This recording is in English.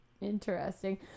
interesting